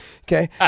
Okay